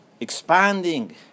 expanding